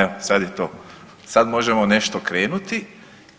Evo sad je to, sad možemo nešto krenuti